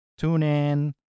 TuneIn